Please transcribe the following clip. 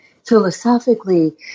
philosophically